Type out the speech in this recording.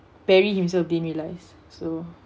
perry himself didn't realise so